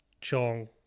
Chong